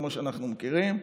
כמו שאנחנו מכירים.